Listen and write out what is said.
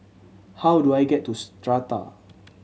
how do I get to Strata